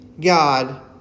God